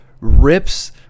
rips